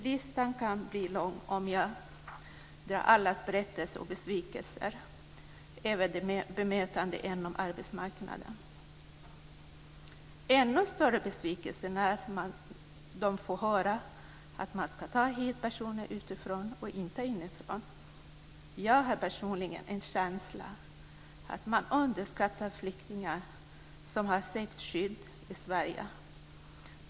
Listan kan bli lång om jag ska dra allas berättelser om och besvikelser över det bemötandet på arbetsmarknaden. Ännu större blir besvikelsen när de får höra att man ska ta hit personer utifrån och inte inifrån. Jag har personligen en känsla av att man underskattar flyktingar som har sökt skydd i Sverige.